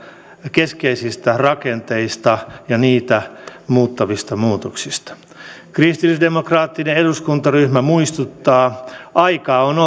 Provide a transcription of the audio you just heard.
keskeisistä rakenteista ja niitä muuttavista muutoksista kristillisdemokraattinen eduskuntaryhmä muistuttaa aikaa on